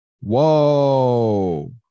Whoa